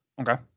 Okay